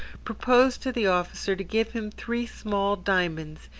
proposed to the officer to give him three small diamonds,